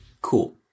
Cool